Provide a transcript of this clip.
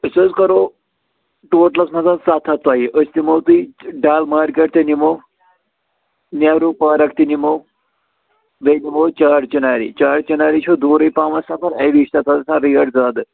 أسۍ حظ کَرو ٹوٹلَس منٛز حظ سَتھ ہَتھ تۄہہِ أسۍ نِمو تُہۍ ڈَل مارکیٹ تہِ نِمو نہروٗ پارک تہِ نِمو بیٚیہِ نِمو چار چِناری چار چِناری چھو دوٗرٕے پَہمَتھ سفر اَمی چھِ تَتھ حظ گژھان ریٹ زیادٕ